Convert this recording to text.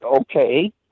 okay